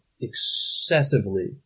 excessively